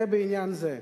זה בעניין זה.